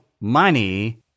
money